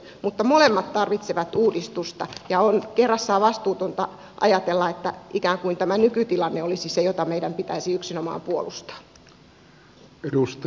mutta molemmat tarvitsevat uudistusta ja on kerrassaan vastuutonta ajatella että ikään kuin tämä nykytilanne olisi se jota meidän pitäisi yksinomaan puolustaa